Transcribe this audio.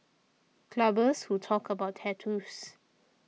clubbers who talk about tattoos